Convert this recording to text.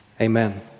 amen